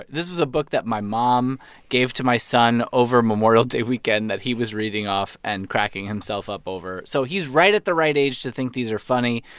this was a book that my mom gave to my son over memorial day weekend that he was reading off and cracking himself up over. so he's right at the right age to think these are funny,